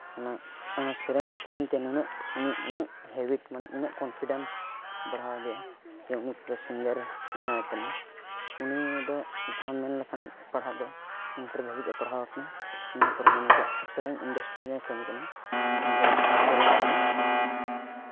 ᱚᱱᱟ ᱥᱮᱨᱮᱧ ᱥᱮᱨᱮᱧᱛᱮ ᱱᱩᱱᱟᱹᱜ ᱢᱟᱱᱮ ᱱᱩᱱᱟᱹᱜ ᱦᱮᱵᱤᱴ ᱢᱟᱱᱮ ᱱᱩᱱᱟᱹᱜ ᱠᱚᱱᱯᱷᱤᱰᱮᱱᱥ ᱵᱟᱲᱦᱟᱣ ᱟᱫᱮᱭᱟ ᱡᱮ ᱩᱱᱤ ᱢᱤᱫᱴᱮᱱ ᱥᱤᱝᱜᱟᱨᱮ ᱵᱮᱱᱟᱣ ᱩᱛᱟᱹᱨᱮᱱᱟ ᱩᱱᱤᱫᱚ ᱡᱟᱦᱟᱸ ᱢᱮᱱ ᱞᱮᱠᱷᱟᱱ ᱯᱟᱲᱦᱟᱣ ᱫᱚ ᱤᱱᱴᱟᱨ ᱫᱷᱟᱹᱵᱤᱡᱽᱼᱮ ᱯᱟᱲᱦᱟᱣᱟᱠᱟᱱᱟᱭ ᱱᱤᱭᱟᱹ ᱯᱚᱨᱮᱜᱮ ᱱᱤᱛᱳᱜ ᱥᱮᱨᱮᱧ ᱤᱱᱰᱟᱥᱴᱨᱤ ᱨᱮᱭ ᱠᱟᱹᱢᱤ ᱠᱟᱱᱟᱭ ᱡᱟᱦᱟᱸ ᱫᱚ ᱥᱮᱨᱮᱧᱮᱜᱼᱟᱭ